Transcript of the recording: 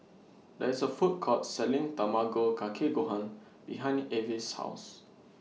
There IS A Food Court Selling Tamago Kake Gohan behind Avis' House